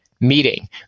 Meeting